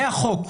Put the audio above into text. זה החוק.